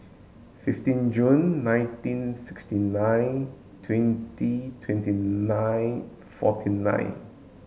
fifteen Jun nineteen sixty nine twenty twenty nine forty nine